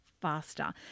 faster